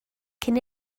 cyn